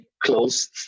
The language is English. closed